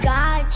God